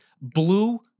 blue